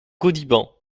gaudiband